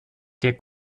der